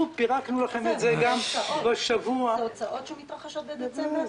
פירקנו לכם את זה גם לשבוע --- זה הוצאות שמתרחשות בדצמבר?